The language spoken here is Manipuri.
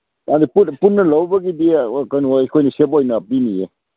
ꯄꯨꯟꯅ ꯂꯧꯕꯒꯤꯗꯤ ꯀꯩꯅꯣ ꯑꯩꯈꯣꯏꯅ ꯁꯦꯞ ꯑꯣꯏꯅ ꯄꯤꯅꯤꯌꯦ